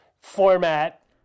format